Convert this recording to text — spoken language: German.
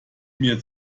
mir